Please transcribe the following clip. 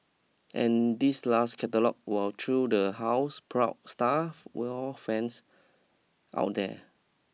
and this last catalogue will thrill the houseproud staff war fans out there